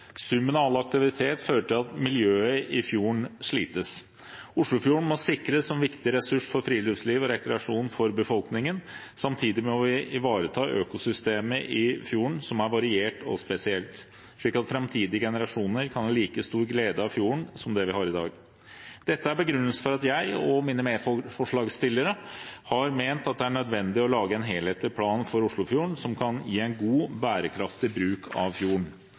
Summen av all aktivitet fører til at miljøet i fjorden slites. Oslofjorden må sikres som viktig ressurs for friluftsliv og rekreasjon for befolkningen. Samtidig må vi ivareta økosystemet i fjorden, som er variert og spesielt, slik at framtidige generasjoner kan ha like stor glede av fjorden som vi har i dag. Dette er begrunnelsen for at jeg og mine medforslagsstillere har ment at det er nødvendig å lage en helhetlig plan for Oslofjorden som kan gi en god, bærekraftig bruk av fjorden.